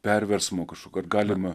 perversmų kažkokių ar galima